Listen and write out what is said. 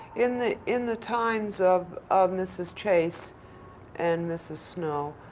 in the in the times of of mrs. chase and mrs. snow,